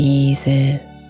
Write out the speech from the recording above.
eases